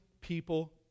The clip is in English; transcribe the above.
people